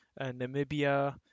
Namibia